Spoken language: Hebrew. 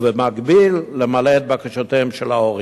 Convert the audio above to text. ובמקביל למלא את בקשותיהם של ההורים.